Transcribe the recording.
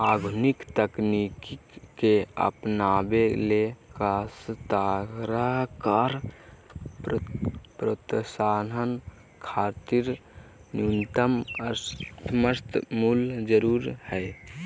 आधुनिक तकनीक के अपनावे ले काश्तकार प्रोत्साहन खातिर न्यूनतम समर्थन मूल्य जरूरी हई